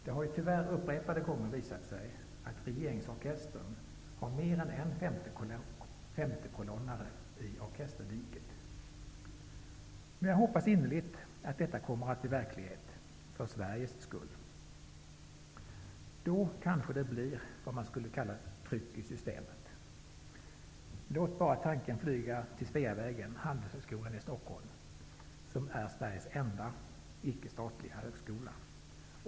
Det har ju tyvärr upprepade gånger visat sig att regeringsorkestern har mer än en femtekolonnare i orkesterdiket. Men jag hoppas innerligt att detta kommer att bli verklighet -- för Sveriges skull. Då kanske det blir vad man skulle kunna kalla för tryck i systemet. Låt tanken flyga till Sveavägen och Handelshögskolan i Stockholm, som är Sveriges enda ickestatliga högskola.